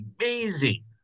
amazing